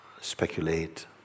speculate